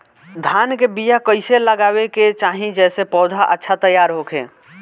धान के बीया कइसे लगावे के चाही जेसे पौधा अच्छा तैयार होखे?